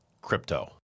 crypto